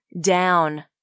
down